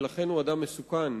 ולכן הוא אדם מסוכן.